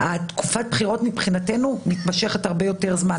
תקופת הבחירות מבחינתנו מתמשכת הרבה יותר זמן.